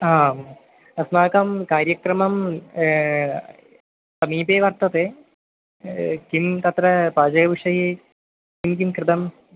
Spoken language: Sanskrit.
आम् अस्माकं कार्यक्रमं समीपे वर्तते किं तत्र पाचकविषये किं किं कृतम्